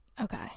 Okay